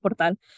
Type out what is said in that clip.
Portal